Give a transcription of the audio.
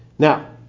Now